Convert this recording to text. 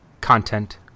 content